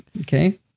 Okay